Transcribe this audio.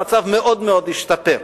המצב מאוד מאוד השתפר.